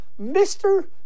Mr